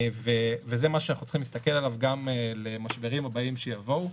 וזה מה שאנחנו צריכים להסתכל עליו גם למשברים הבאים שיבואו.